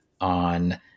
on